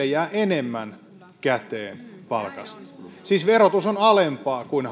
jää enemmän käteen palkasta siis verotus on alempaa kuin